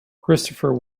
christopher